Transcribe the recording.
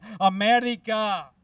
America